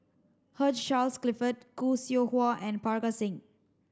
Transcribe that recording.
Hugh Charles Clifford Khoo Seow Hwa and Parga Singh